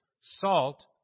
salt